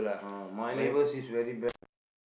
uh my neighbours is very bad lah